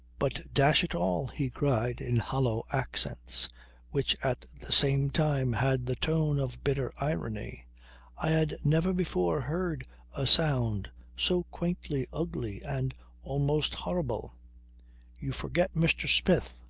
but dash it all, he cried in hollow accents which at the same time had the tone of bitter irony i had never before heard a sound so quaintly ugly and almost horrible you forget mr. smith.